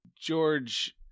George